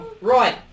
Right